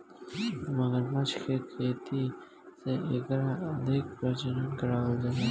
मगरमच्छ के खेती से एकर अधिक प्रजनन करावल जाला